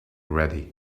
ready